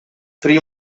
three